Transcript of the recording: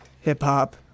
hip-hop